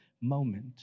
moment